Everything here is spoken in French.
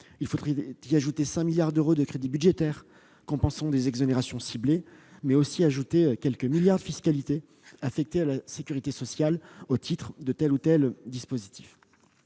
il faut y ajouter non seulement 5 milliards d'euros de crédits budgétaires compensant des exonérations ciblées, mais aussi quelques milliards de fiscalité affectés à la sécurité sociale au titre de tel ou tel dispositif.